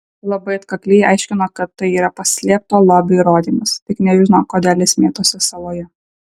labai atkakliai aiškino kad tai yra paslėpto lobio įrodymas tik nežino kodėl jis mėtosi saloje